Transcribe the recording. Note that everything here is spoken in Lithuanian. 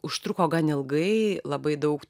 užtruko gan ilgai labai daug